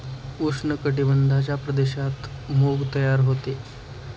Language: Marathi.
उष्ण कटिबंधाच्या प्रदेशात मूग तयार होते